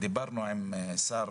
ודיברנו עם שר